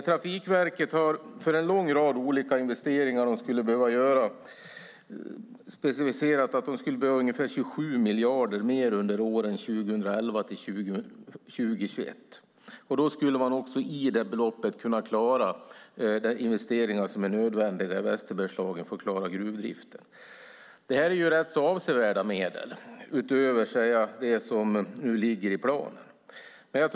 Trafikverket nämner en lång rad olika investeringar som skulle behöva göras, specificerat att de skulle behöva ungefär 27 miljarder mer under åren 2011 till 2021. Då skulle man kunna klara de investeringar som är nödvändiga i Västerbergslagen för att klara gruvdriften. Det är rätt avsevärda medel utöver det som nu ligger i planen.